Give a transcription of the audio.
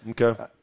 Okay